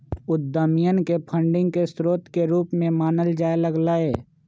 उद्यमियन के फंडिंग के स्रोत के रूप में मानल जाय लग लय